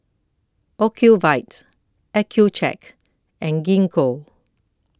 Ocuvite Accucheck and Gingko